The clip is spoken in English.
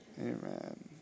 Amen